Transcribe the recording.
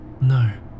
No